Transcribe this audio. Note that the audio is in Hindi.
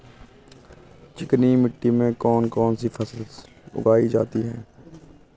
चिकनी मिट्टी में कौन कौन सी फसल उगाई जाती है?